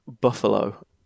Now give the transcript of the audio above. Buffalo